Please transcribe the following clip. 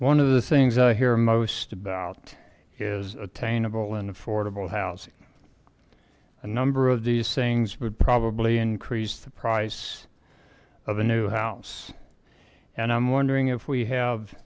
one of the things i hear most about is attainable in affordable housing a number of these things would probably increase the price of a new house and i'm wondering if we have